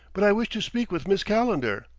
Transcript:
but i wish to speak with miss calendar.